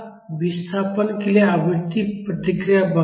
तो यह विस्थापन के लिए आवृत्ति प्रतिक्रिया वक्र है